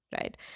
right